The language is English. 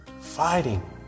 fighting